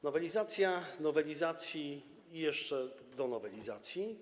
Nowelizacja nowelizacji i jeszcze do nowelizacji.